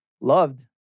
loved